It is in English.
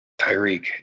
Tyreek